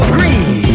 Green